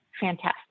fantastic